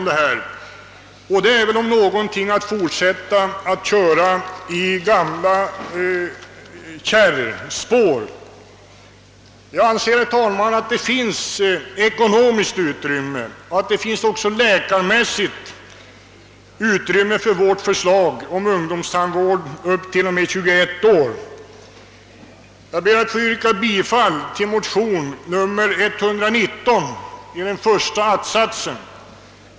Detta är väl om något att fortsätta att köra i gamla kärrspår. Jag anser, herr talman, att det finns både ekonomiskt och läkarmässigt utrymme för vårt förslag om ungdomstandvård upp till 21 år. Jag ber därför att få yrka bifall till vår hemställan i motion nummer 119 i denna kammare i vad avser den första att-satsen.